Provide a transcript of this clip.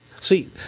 See